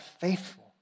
faithful